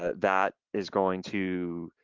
ah that is going to